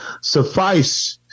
Suffice